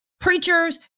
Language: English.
preachers